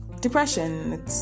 depression